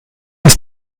ist